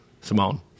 Simone